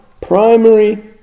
primary